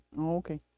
Okay